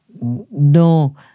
no